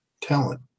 talent